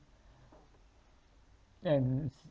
ands